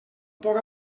poc